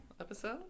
episode